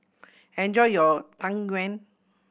enjoy your Tang Yuen